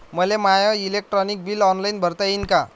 मले माय electric bill online भरता येईन का?